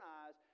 eyes